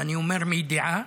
ואני אומר מידיעה,